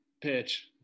pitch